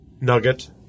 Nugget